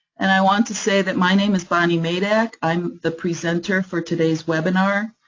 and i want to say that my name is bonnie maidak, i'm the presenter for today's webinar.